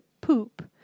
poop